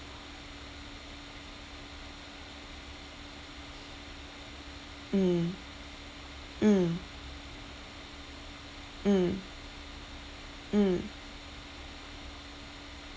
mm mm mm mm